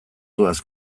doaz